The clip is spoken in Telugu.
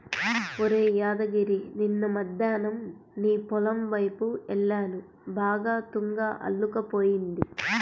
ఒరేయ్ యాదగిరి నిన్న మద్దేన్నం నీ పొలం వైపు యెల్లాను బాగా తుంగ అల్లుకుపోయింది